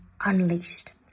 unleashed